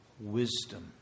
wisdom